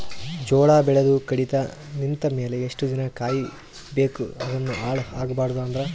ಜೋಳ ಬೆಳೆದು ಕಡಿತ ನಿಂತ ಮೇಲೆ ಎಷ್ಟು ದಿನ ಕಾಯಿ ಬೇಕು ಅದನ್ನು ಹಾಳು ಆಗಬಾರದು ಅಂದ್ರ?